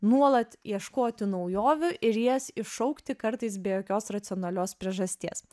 nuolat ieškoti naujovių ir jas iššaukti kartais be jokios racionalios priežasties